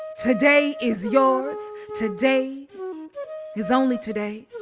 today is yours. today is only today.